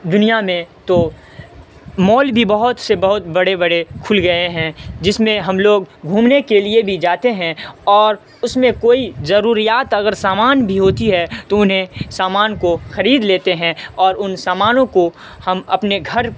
دنیا میں تو مال بھی بہت سے بہت بڑے بڑے کھل گئے ہیں جس میں ہم لوگ گھومنے کے لیے بھی جاتے ہیں اور اس میں کوئی جروریات اگر سامان بھی ہوتی ہے تو انہیں سامان کو خرید لیتے ہیں اور ان سامانوں کو ہم اپنے گھر